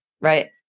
right